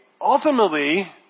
ultimately